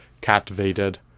captivated